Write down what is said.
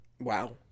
Wow